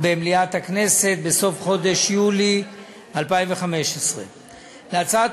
במליאת הכנסת בסוף חודש יולי 2015. בהצעת